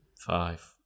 Five